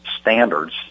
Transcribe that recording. standards